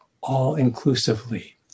all-inclusively